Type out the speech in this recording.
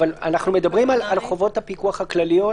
אבל מדברים על חובות הפיקוח הכלליות?